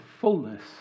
fullness